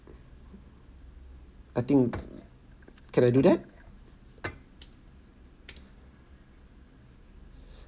I think can I do that